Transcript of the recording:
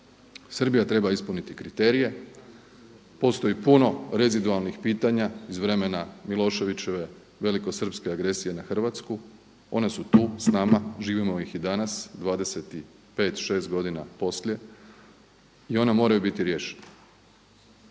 Srbija treba ispuniti kriterije, postoji puno rezidualnih pitanja iz vremena Miloševićeve velikosrpske agresije na Hrvatsku, one su tu s nama, živimo ih i danas 25, 26 godina poslije i ona moraju biti riješena.